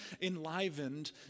enlivened